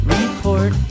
report